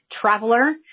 traveler